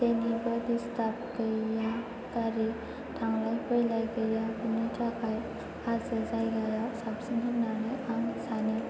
जेनिबो डिस्टार्ब गैया गारि थांलाय फैलाय गैया बिनि थाखाय हाजो जायगायाव साबसिन होननानै आं सानो